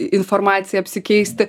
informacija apsikeisti